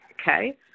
okay